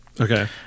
Okay